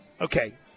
Okay